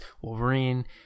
Wolverine